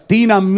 Tina